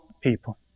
people